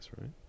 right